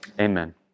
amen